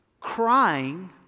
crying